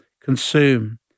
consume